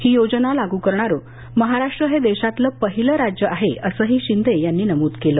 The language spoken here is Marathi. ही योजना लागू करणारं महाराष्ट्र हे देशातलं पाहिलं राज्य असल्याचंही शिंदे यांनी नमूद केलं